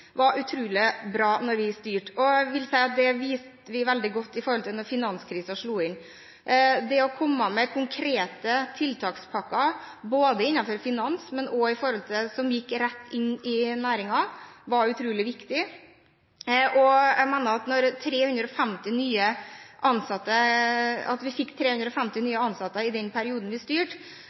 var utrolig bra da vi styrte. Det viste vi veldig godt da finanskrisen slo inn. Det å komme med konkrete tiltakspakker innenfor finanssektoren og det som var rettet inn mot næringen, var utrolig viktig. Og jeg mener at når vi fikk 350 000 nye arbeidsplasser i løpet av den perioden vi styrte,